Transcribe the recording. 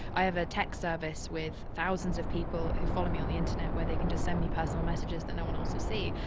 i have a tech service with thousands of people who follow me on the internet where they can just send me personal messages that no one will see.